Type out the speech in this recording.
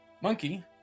Monkey